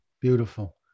Beautiful